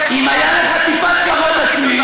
אם הייתה לך טיפת כבוד עצמי,